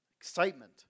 excitement